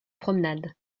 promenade